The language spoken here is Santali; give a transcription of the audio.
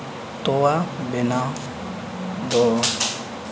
ᱛᱚᱣᱟ ᱵᱮᱱᱟᱣ ᱫᱚ